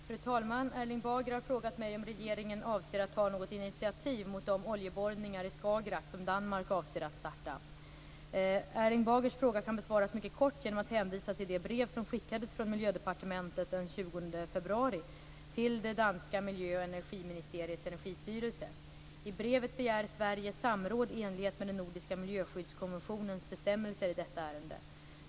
Fru talman! Erling Bager har frågat mig om regeringen avser att ta något initiativ mot de oljeborrningar i Skagerrak som Danmark avser att starta. Erling Bagers fråga kan besvaras mycket kort genom att hänvisa till det brev som den 20 februari skickades från Miljödepartementet till det danska miljö och energiministeriets energistyrelse. I brevet begär Sverige samråd i enlighet med den nordiska miljöskyddskommissionens bestämmelser i detta ärende.